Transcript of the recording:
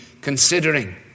considering